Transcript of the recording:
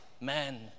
man